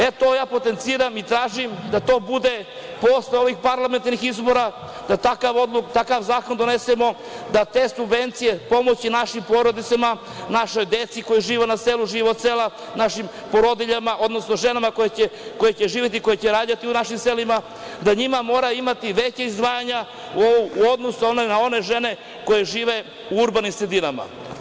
E, to ja potenciram i tražim da to bude posle ovih parlamentarnih izbora, da takav zakon donesemo, da te subvencije, pomoći našim porodicama, našoj deci koja žive na selu, žive od sela, našim porodiljama, odnosno ženama koje će živeti, koje će rađati u našim selima, da za njih moramo imati veća izdvajanja u odnosu na one žene koje žive u urbanim sredinama.